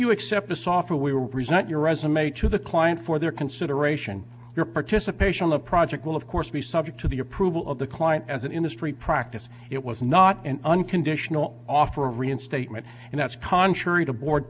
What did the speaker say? you accept this offer we were present your resume to the client for their consideration your participation on the project will of course be subject to the approval of the client as an industry practice it was not an unconditional offer of reinstatement and that's contrary to board